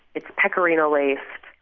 it's pecorino laced.